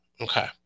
Okay